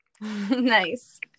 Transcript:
nice